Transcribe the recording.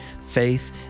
faith